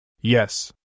Yes